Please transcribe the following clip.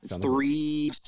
Three